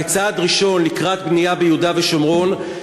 כצעד ראשון לקראת בנייה ביהודה ושומרון,